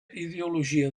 ideologia